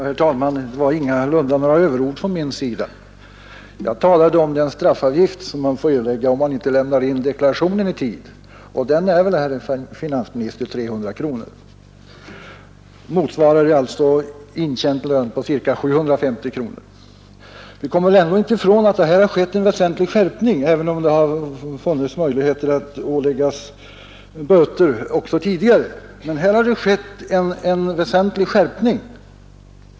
Herr talman! Det var ingalunda några överord från min sida. Jag talade om den straffavgift som man får erlägga om man inte lämnar in deklarationen i tid, och den är, herr finansminister, 300 kronor, vilket alltså motsvarar en intjänt lön på ca 750 kronor. Vi kommer ändå inte ifrån att här skett en väsentlig skärpning, även om det också tidigare funnits möjligheter att utdöma böter.